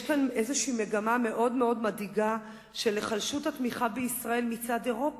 יש כאן איזושהי מגמה מאוד מדאיגה של היחלשות התמיכה בישראל מצד אירופה.